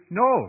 no